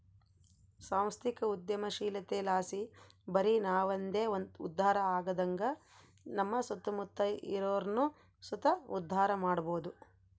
ಸಾಂಸ್ಥಿಕ ಉದ್ಯಮಶೀಲತೆಲಾಸಿ ಬರಿ ನಾವಂದೆ ಉದ್ಧಾರ ಆಗದಂಗ ನಮ್ಮ ಸುತ್ತಮುತ್ತ ಇರೋರ್ನು ಸುತ ಉದ್ಧಾರ ಮಾಡಬೋದು